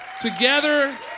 Together